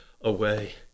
away